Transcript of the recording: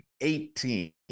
Eighteen